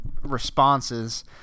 responses